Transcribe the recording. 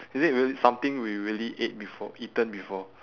is it really something we really ate befo~ eaten before